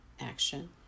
action